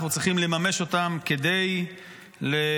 אנחנו צריכים לממש אותם כדי לבטא,